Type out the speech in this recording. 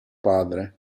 padre